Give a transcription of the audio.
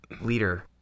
leader